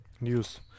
news